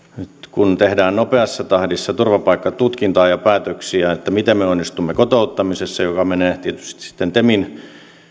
kun tehdään nopeassa tahdissa turvapaikkatutkintaa ja päätöksiä onnistumme kotouttamisessa joka menee tietysti temin